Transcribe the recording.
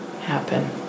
happen